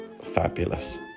fabulous